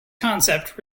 concept